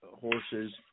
horses